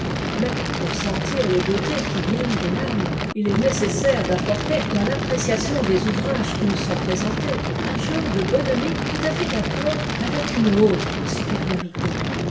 mais pour sentir tes beautés qui viennent de l'âme il est nécessaire d'apporter dans l'appréciation des ouvrages qui nous sont présentés un genre de bonhomie tout à fait d'accord avec une haute supériorité